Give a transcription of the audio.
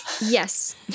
Yes